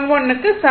11 க்கு சமம்